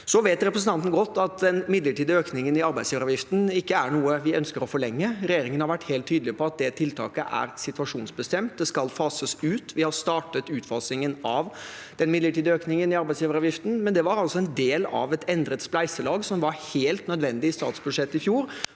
Representanten vet godt at den midlertidige økningen i arbeidsgiveravgiften ikke er noe vi ønsker å forlenge. Regjeringen har vært helt tydelig på at det tiltaket er situasjonsbestemt. Det skal fases ut. Vi har startet utfasingen av den midlertidige økningen i arbeidsgiveravgiften, men den var altså en del av et endret spleiselag som var helt nødvendig i statsbudsjettet i fjor